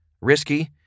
risky